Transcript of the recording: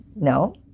No